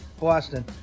Boston